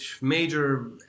major